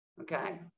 Okay